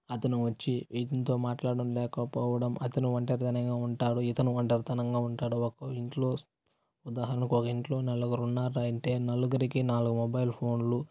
అతను వచ్చి ఇతనితో మాట్లాడడం లేకపోవడం అతను ఒంటరితనంగా ఉంటాడు ఇతను ఒంటరితనంగా ఉంటాడు ఒక ఇంట్లో ఉదాహరణకు ఒక ఇంట్లో నలుగురు ఉన్నారు అంటే నలుగురికి నాలుగు మొబైల్ ఫోన్లు